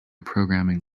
programming